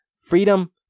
Freedom